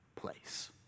place